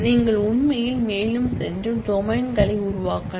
நீங்கள் உண்மையில் மேலும் சென்று டொமைன் களை உருவாக்கலாம்